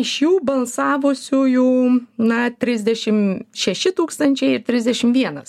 iš jų balsavosiųjų na trisdešim šeši tūkstančiai trisdešim vienas